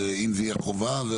אם זה יהיה חובה?